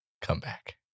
comeback